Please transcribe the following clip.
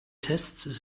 tests